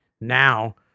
Now